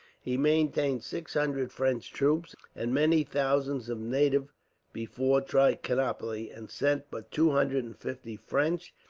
he maintained six hundred french troops and many thousands of native before trichinopoli, and sent but two hundred and fifty french,